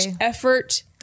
effort